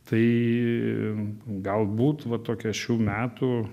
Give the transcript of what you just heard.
tai galbūt va tokia šių metų